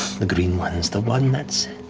the green one's the one that's.